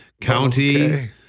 County